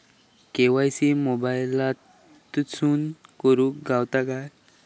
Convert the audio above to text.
KYC मोबाईलातसून करुक गावता काय?